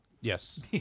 Yes